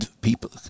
people